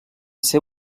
ser